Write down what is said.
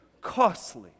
costly